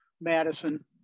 Madison